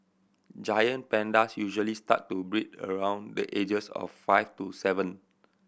giant pandas usually start to breed around the ages of five to seven